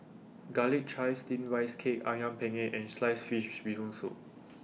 Garlic Chives Steamed Rice Cake Ayam Penyet and Sliced Fish Bee Hoon Soup